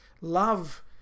love